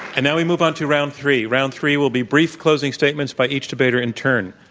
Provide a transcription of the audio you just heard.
and now we move on to round three. round three will be brief closing statements by each debater in turn.